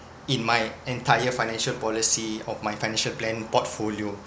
in my entire financial policy or my financial plan portfolio